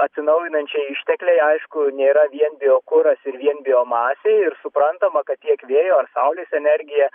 atsinaujinančiai ištekliai aišku nėra vien biokuras ir vien biomasė ir suprantama kad tiek vėjo ar saulės energija